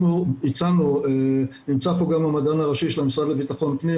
נמצא פה גם המדען הראשי של המשרד לבטחון פנים,